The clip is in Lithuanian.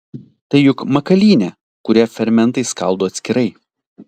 tai juk makalynė kurią fermentai skaldo atskirai